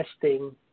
testing